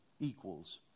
equals